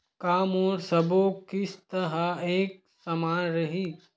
का मोर सबो किस्त ह एक समान रहि?